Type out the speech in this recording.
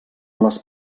les